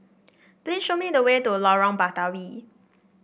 please show me the way to Lorong Batawi